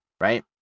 right